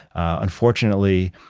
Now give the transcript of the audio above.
unfortunately,